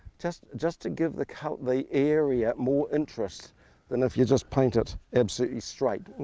just just to give the kind of the area more interest then if you just paint it absolutely straight.